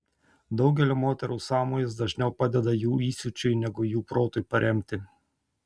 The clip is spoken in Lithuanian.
daugelio moterų sąmojis dažniau padeda jų įsiūčiui negu jų protui paremti